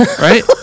Right